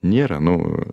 nėra nu